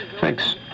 thanks